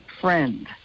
friend